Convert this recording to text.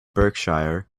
berkshire